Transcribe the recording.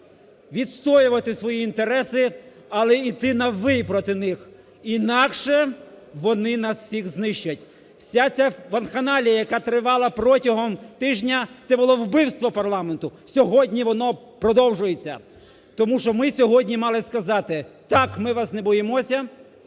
відстоювати свої інтереси, але йти на ви і проти них. Інакше вони нас всіх знищать. Вся ця вакханалія, яка тривала протягом тижня, це було вбивство парламенту! Сьогодні воно продовжується. Тому що ми сьогодні мали сказати, так, ми вас не боїмося